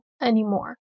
anymore